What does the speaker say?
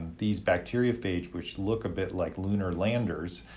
these bacteriophage, which look a bit like lunar landers,